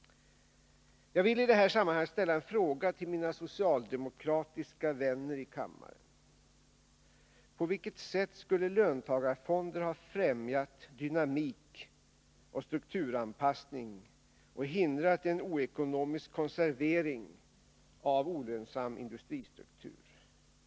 Jag vill i detta sammanhang ställa en fråga till mina socialdemokratiska vänner i kammaren: På vilket sätt skulle löntagarfonder ha främjat dynamik och strukturanpassning och hindrat en oekonomisk konservering av olönsam industristruktur?